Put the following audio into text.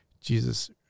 Jesus